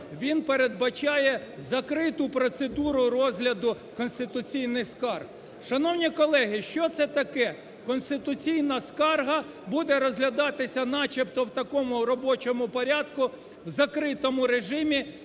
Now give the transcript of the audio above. він передбачає закриту процедуру розгляду конституційних скарг. Шановні колеги, що це таке? Конституційна скарга буде розглядатися начебто в такому робочому порядку, в закритому режимі,